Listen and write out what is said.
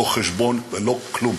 לא חשבון ולא כלום.